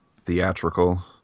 theatrical